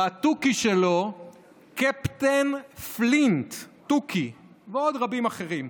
והתוכי שלו קפטן פלינט, תוכי, ועוד רבים אחרים.